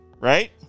right